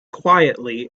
quietly